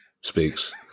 speaks